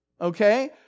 okay